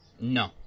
No